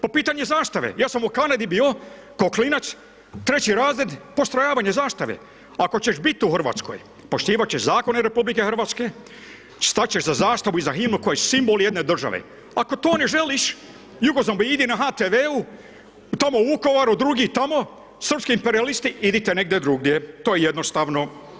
Po pitanju zastave, ja sam u Kanadi bio kao klinac, treći razred, postrojavanje zastave, ako ćeš bit u Hrvatskoj poštivat ćeš zakone RH, stat ćeš za zastavu i za himnu koja je simbol jedne države, ako to ne želiš jugozomboidi na HTV-u tamo u Vukovaru drugi tamo, srpski imperijalisti idite negdje drugdje to je jednostavno.